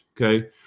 Okay